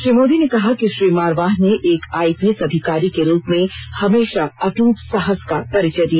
श्री मोदी ने कहा कि श्री मारवाह ने एक आईपीएस अधिकारी के रूप में हमेशा अटूट साहस का परिचय दिया